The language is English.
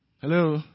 Hello